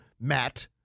Matt